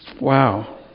Wow